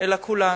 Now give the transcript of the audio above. אלא כולנו.